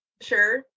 Sure